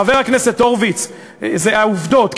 חבר הכנסת הורוביץ, אלה העובדות.